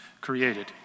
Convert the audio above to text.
created